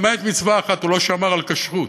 למעט מצווה אחת: הוא לא שמר על כשרות.